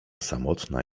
samotna